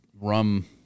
rum